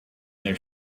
there